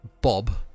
Bob